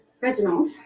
Reginald